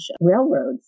railroads